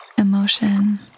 emotion